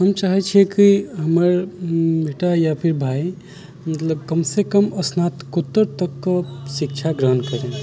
हम चाहैत छियै कि हमर बेटा या फिर भाय मतलब कमसँ कम स्नातकोत्तर तकके शिक्षा ग्रहण करै